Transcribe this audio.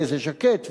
ואיזה ז'קט,